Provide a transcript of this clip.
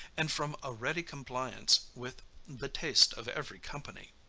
and from a ready compliance with the taste of every company.